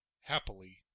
Happily